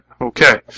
Okay